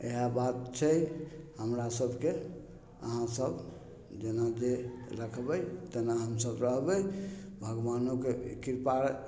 इएह बात छै हमरा सबके अहाँ सब जेना जे रखबय तेना हमसब रहबय भगवानोके कृपा